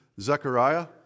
Zechariah